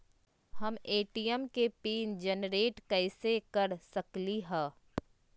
हम ए.टी.एम के PIN generate कईसे कर सकली ह?